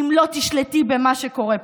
אם לא תשלטי במה שקורה פה?